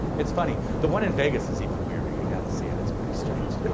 it's funny the one in vegas is even weirder. you gotta see it, it's pretty strange.